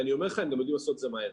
והם גם יודעים לעשות את זה מהר.